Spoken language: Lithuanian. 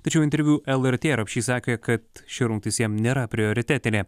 tačiau interviu lrt rapšys sakė kad ši rungtis jam nėra prioritetinė